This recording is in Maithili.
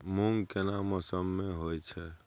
मूंग केना मौसम में होय छै?